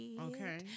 Okay